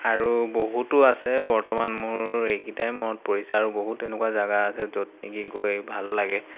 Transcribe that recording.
আৰু বহুতো আছে বৰ্তমান মোৰ এগিটাই মনত পৰিছে আৰু বহুত তেনেকুৱা জেগা আছে য'ত নিকি গৈ ভাল লাগে